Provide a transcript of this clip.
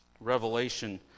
Revelation